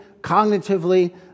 cognitively